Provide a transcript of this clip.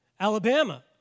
Alabama